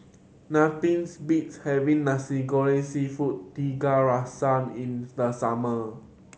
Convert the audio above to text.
nothings beats having Nasi Goreng Seafood Tiga Rasa in the summer